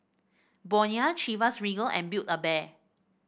Bonia Chivas Regal and Build A Bear